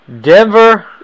Denver